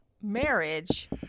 Marriage